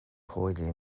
hawile